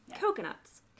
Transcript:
Coconuts